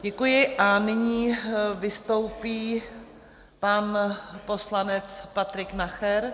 Děkuji a nyní vystoupí pan poslanec Patrik Nacher.